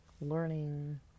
learning